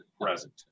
present